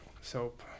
soap